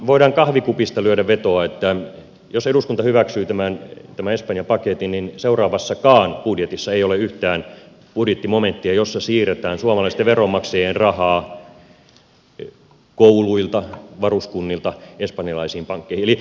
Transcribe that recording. voidaan kahvikupista lyödä vetoa että jos eduskunta hyväksyy tämän espanja paketin niin seuraavassakaan budjetissa ei ole yhtään budjettimomenttia jossa siirretään suomalaisten veronmaksajien rahaa kouluilta tai varuskunnilta espanjalaisiin pankkeihin